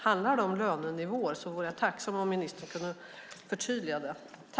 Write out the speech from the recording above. Handlar det om lönenivåer vore jag tacksam om ministern kunde förtydliga det.